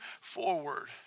forward